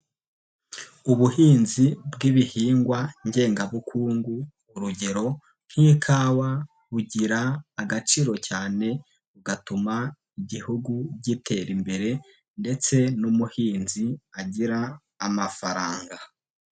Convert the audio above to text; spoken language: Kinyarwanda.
Ubuhinzi bw'ibihingwa ngengabukungu, urugero nk'ikawa bugira agaciro cyane bugatuma igihugu gitera imbere ndetse n'umuhinzi agira amafaranga.